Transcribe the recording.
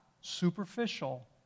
superficial